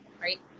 right